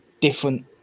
different